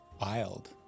wild